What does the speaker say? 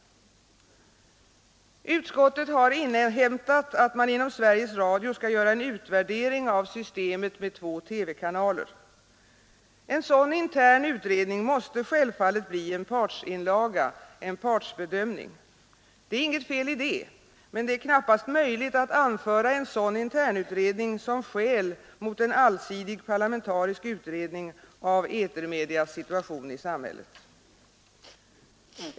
Utskottet har inhämtat att man inom Sveriges Radio skall göra en utvärdering av systemet med två TV-kanaler. En sådan intern utredning måste självfallet bli en partsinlaga, en partsbedömning. Det är inget fel i det, men det är knappast möjligt att anföra en sådan internutredning som skäl mot en allsidig parlamentarisk utredning av etermedias situation i samhället.